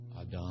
Adam